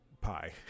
Pie